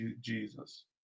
Jesus